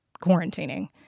quarantining